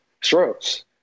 strokes